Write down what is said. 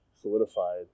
solidified